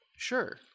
Sure